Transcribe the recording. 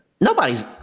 Nobody's